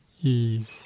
ease